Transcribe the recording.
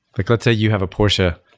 like let's say you have a porsche.